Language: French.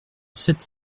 sept